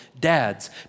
Dads